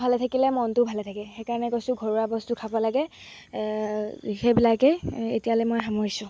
ভালে থাকিলে মনটো ভালে থাকে সেইকাৰণে কৈছোঁ ঘৰুৱা বস্তু খাব লাগে সেইবিলাকেই এতিয়ালৈ মই সামৰিছোঁ